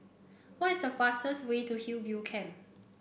why is the fastest way to Hillview Camp